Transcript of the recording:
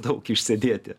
daug išsėdėti